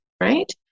Right